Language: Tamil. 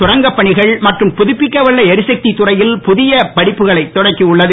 சுரங்கப் பணிகள் மற்றும் புதுப்பிக்கவல்ல எரிசக்தித் துறையில் புதிய படிப்புகளை தொடக்க உள்ளது